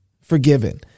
Forgiven